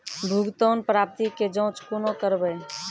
भुगतान प्राप्ति के जाँच कूना करवै?